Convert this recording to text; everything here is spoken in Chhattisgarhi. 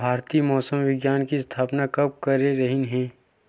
भारती मौसम विज्ञान के स्थापना काबर करे रहीन है?